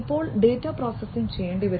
അപ്പോൾ data process ചെയ്യേണ്ടിവരും